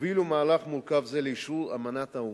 הובילו מהלך מורכב זה לאשרור אמנת האו"ם.